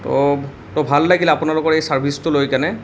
তো তো ভাল লাগিল আপোনালোকৰ এই ছাৰ্ভিচটো লৈ কেনে